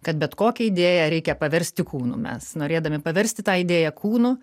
kad bet kokią idėją reikia paversti kūnu mes norėdami paversti tą idėją kūnu